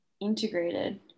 integrated